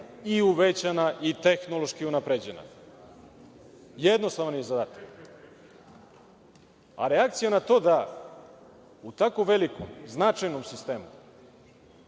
i uvećana i tehnološki unapređena. Jednostavan je zadatak. Reakcija na to da u tako velikom, značajnom sistemu,